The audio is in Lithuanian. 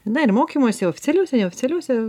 na ir mokymuose oficialiuose neoficialiuose